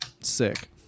sick